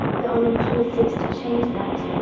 there are no politics to change that.